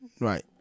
right